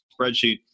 spreadsheet